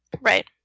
Right